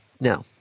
No